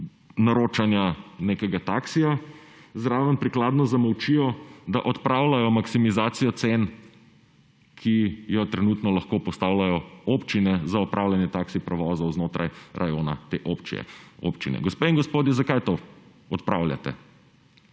naročanja nekega taksija, zraven prikladno zamolčijo, da odpravljajo maksimizacijo cen, ki jo trenutno lahko postavljajo občine za opravljanje taksi prevozov, znotraj rajona te občine. Gospe in gospodje, zakaj to odpravljate?